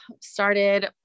started